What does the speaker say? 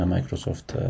Microsoft